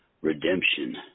Redemption